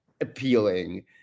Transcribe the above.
appealing